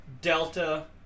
Delta